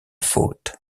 faute